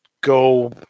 go